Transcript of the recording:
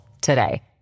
today